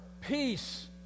peace